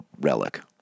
relic